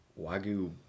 Wagyu